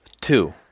Two